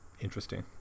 interesting